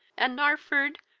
and narford,